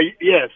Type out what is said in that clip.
yes